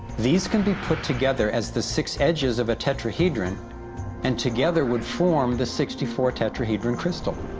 these can be put together as the six edges of a tetrahedron and together would form the sixty four tetrahedron crystal.